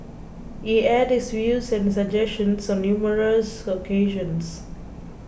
he aired his views and suggestions on numerous occasions